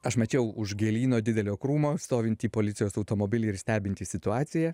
aš mačiau už gėlyno didelio krūmo stovintį policijos automobilį ir stebintį situaciją